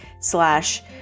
slash